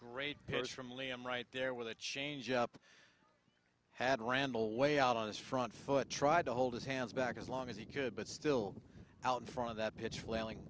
great pitch from liam right there with a change up had randle way out on his front foot tried to hold his hands back as long as he could but still out in front of that pitch flailing